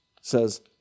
says